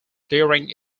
during